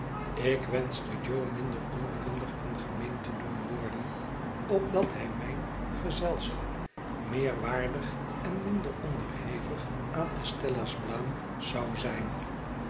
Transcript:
ik wenschte jo minder onkundig en gemeen te doen worden opdat hij mijn gezelschap meer waardig en minder onderhevig aan estella's biaam zou zijn